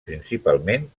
principalment